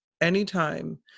anytime